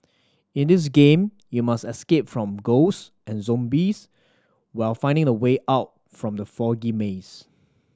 in this game you must escape from ghost and zombies while finding the way out from the foggy maze